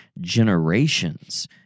generations